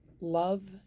Love